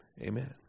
amen